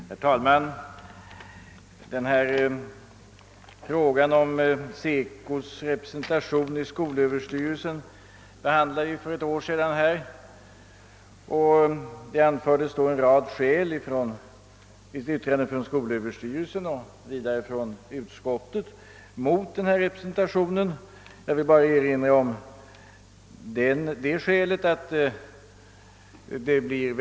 Herr talman! Frågan om representatior för SECO i skolöverstyrelsens styrelse behandlade vi för ett år sedan här i riksdagen. En rad skäl mot sådan representation anfördes då i utskottets utlåtande, och även ett yttrande från skolöverstyrelsen åberopades. Jag vill bara erinra om det skälet, att det skulle bli.